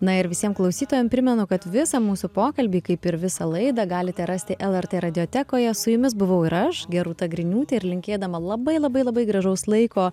na ir visiem klausytojam primenu kad visą mūsų pokalbį kaip ir visą laidą galite rasti lrt radiotekoje su jumis buvau ir aš gerūta griniūtė ir linkėdama labai labai labai gražaus laiko